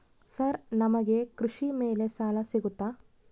Sir ನಮಗೆ ಕೃಷಿ ಮೇಲೆ ಸಾಲ ಸಿಗುತ್ತಾ?